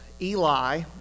Eli